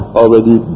already